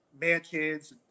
mansions